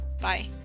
Bye